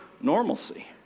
normalcy